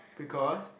because